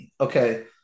okay